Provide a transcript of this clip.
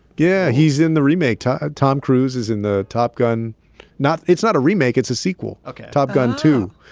yeah, he's in the remake. ah tom cruise is in the top gun not it's not a remake. it's a sequel ok top gun two,